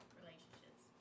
relationships